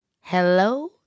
Hello